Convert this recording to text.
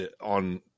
on